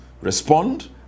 respond